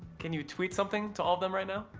can you tweet something to all of them right now?